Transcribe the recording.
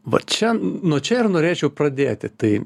va čia nuo čia ir norėčiau pradėti tai